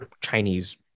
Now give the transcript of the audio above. Chinese